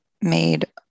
made